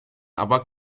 aber